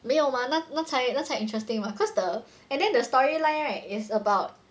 没有吗那那才那才 interesting mah cause the and then the storyline right is about